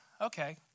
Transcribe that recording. okay